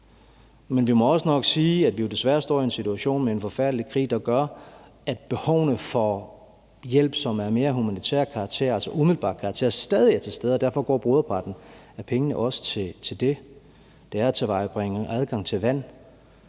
Men vi må nok også sige, at vi desværre står i en situation med en forfærdelig krig, der gør, at behovene for hjælp, som er af mere humanitær karakter, altså umiddelbar karakter, stadig er til stede, og derfor går broderparten af pengene også til det. Det er at tilvejebringe adgang til vand,